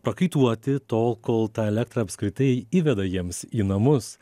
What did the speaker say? prakaituoti tol kol ta elektra apskritai įveda jiems į namus